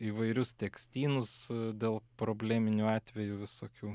įvairius tekstynus dėl probleminių atvejų visokių